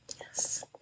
Yes